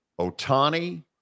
Otani